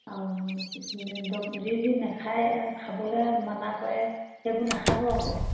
আৰু যি যি নাখায় খাবলৈ মানা কৰে সেইবোৰ নাখাব আকৌ